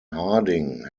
harding